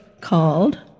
called